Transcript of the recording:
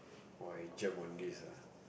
[oth] I jam on this ah